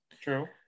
true